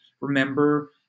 remember